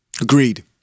Agreed